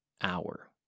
hour